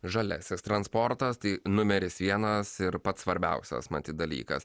žaliasis transportas tai numeris vienas ir pats svarbiausias matyt dalykas